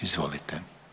Izvolite.